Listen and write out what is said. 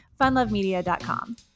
funlovemedia.com